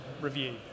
review